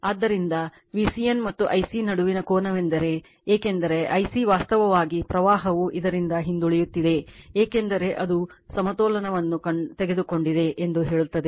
ಆದ್ದರಿಂದ VCN ಮತ್ತು Ic ನಡುವಿನ ಕೋನವೆಂದರೆ ಏಕೆಂದರೆ Ic ವಾಸ್ತವವಾಗಿ ಪ್ರವಾಹವು ಇದರಿಂದ ಹಿಂದುಳಿಯುತ್ತಿದೆ ಏಕೆಂದರೆ ಅದು ಸಮತೋಲನವನ್ನು ತೆಗೆದುಕೊಂಡಿದೆ ಎಂದು ಹೇಳುತ್ತದೆ